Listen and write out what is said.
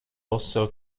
also